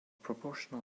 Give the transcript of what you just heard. proportional